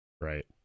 right